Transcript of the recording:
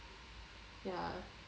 ya